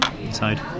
inside